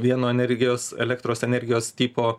vieno energijos elektros energijos tipo